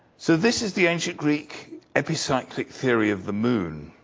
so this is the ancient greek epicyclic theory of the moon.